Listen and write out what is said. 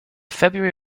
february